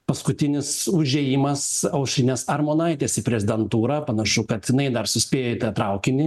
paskutinis užėjimas aušrinės armonaitės į prezidentūrą panašu kad jinai dar suspėja į tą traukinį